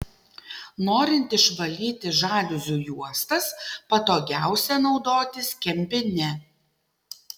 norint išvalyti žaliuzių juostas patogiausia naudotis kempine